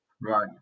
Right